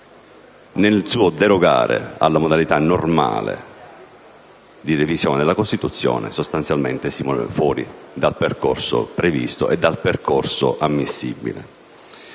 nel suo derogare alla sua modalità normale di revisione della Costituzione, sostanzialmente si pone fuori dal percorso previsto e dal percorso ammissibile.